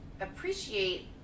appreciate